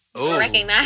Recognize